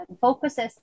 focuses